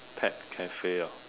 pet cafe or